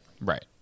Right